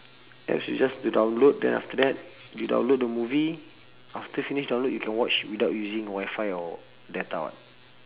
apps you just you download then after that you download the movie after finish download you can watch without using wifi or data [what]